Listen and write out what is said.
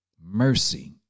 mercy